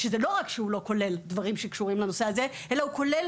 שלא רק שהוא לא כולל דברים שקשורים לנושא הזה אלא הוא כולל